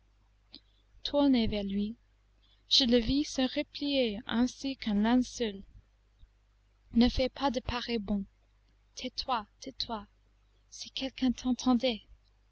vers lui je le vis se replier ainsi qu'un linceul ne fais pas de pareils bonds tais-toi tais-toi si quelqu'un t'entendait